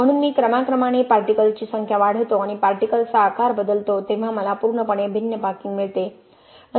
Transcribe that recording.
म्हणून मी क्रमाक्रमाने पार्टिकल्स ची संख्या वाढवतो आणि पार्टिकल्स चा आकार बदलतो तेव्हा मला पूर्णपणे भिन्न पॅकिंग मिळते